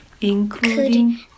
including